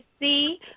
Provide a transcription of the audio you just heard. see